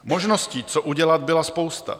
Možností, co udělat, byla spousta.